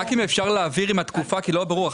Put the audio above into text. אם אפשר להבהיר לגבי התקופה כי זה לא היה ברור.